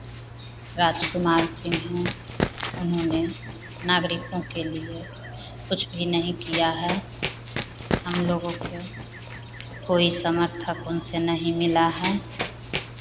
राज कुमार सिंह हैं उन्होंने नागरिकों के लिए कुछ भी नहीं किया है हमलोगों को कोई समर्थक उनसे नहीं मिला है